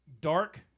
dark